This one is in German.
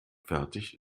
fertig